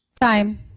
Time